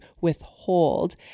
withhold